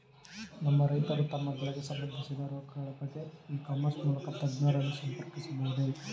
ನಮ್ಮ ರೈತರು ತಮ್ಮ ಬೆಳೆಗೆ ಸಂಬಂದಿಸಿದ ರೋಗಗಳ ಬಗೆಗೆ ಇ ಕಾಮರ್ಸ್ ಮೂಲಕ ತಜ್ಞರನ್ನು ಸಂಪರ್ಕಿಸಬಹುದೇ?